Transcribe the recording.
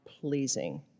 pleasing